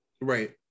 Right